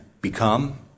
become